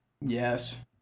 Yes